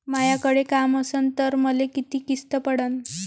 मायाकडे काम असन तर मले किती किस्त पडन?